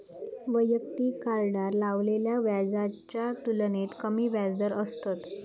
वैयक्तिक कार्डार लावलेल्या व्याजाच्या तुलनेत कमी व्याजदर असतत